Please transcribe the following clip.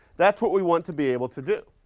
that's what we want to be able to do,